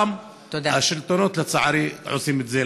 גם השלטונות עושים את זה,